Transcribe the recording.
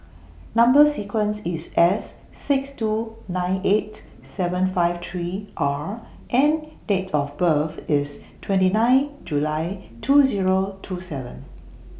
Number sequence IS S six two nine eight seven five three R and Date of birth IS twenty nine July two Zero two seven